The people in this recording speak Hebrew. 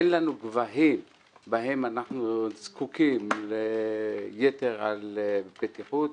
אין לנו גבהים בהם אנחנו זקוקים ליתר בטיחות.